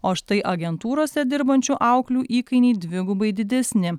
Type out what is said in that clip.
o štai agentūrose dirbančių auklių įkainiai dvigubai didesni